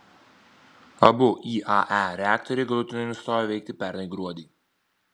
abu iae reaktoriai galutinai nustojo veikti pernai gruodį